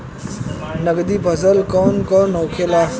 नकदी फसल कौन कौनहोखे?